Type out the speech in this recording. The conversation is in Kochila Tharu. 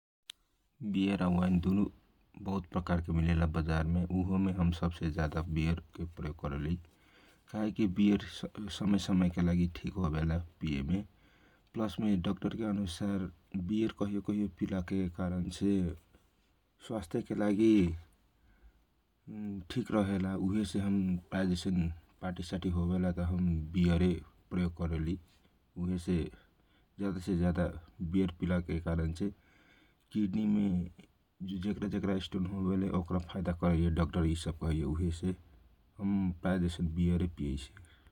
वियर आ वाईन दुनु बहुत प्रकारके मिलेला बजारमे उहों में हम सबछे ज्यादा वियर के प्रयोग करैली काहेकी वियर समय समय लागी ठीक होवेला पिएके पलस मे डाक्टर के अनुसार वियर कहियो कहियो पिला के कारणसे स्वास्थ्य के लागी ठीक हो वेला उहे से हम प्राय जइसन पार्टीसाटी हो वेला त हम वियर रे प्रयोग करली उहे से ज्यादा से जयादा वियर पिलाके कारण से किडनी मे जेकरा जेकरा स्टोन हो वेले उ सब के वियर फाइदा करले। उहे से हम वियर प्रयोग करैसी ।